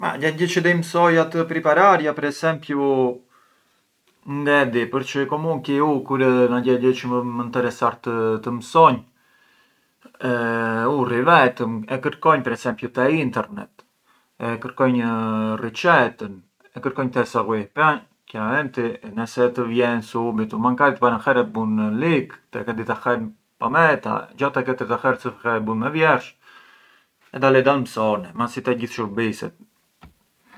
Gjagjë çë dej mësaoja të pripararja per esempiu ngë e di, përçë comunqui u kur ë ndo gjagjë çë mua më nteressar të mësonj, u rri vetëm e kërkonj per esempiu te internet e kërkonj riçetën, kërkonj të e seghuir, pran chiaramenti ne se të vjen subitu, makari tek e para herë e bun lik, tek e dyta herë pameta, xha tek e treta zë fill e e bun me vjersh e dal e dal mësone, ma si te gjithë shurbiset.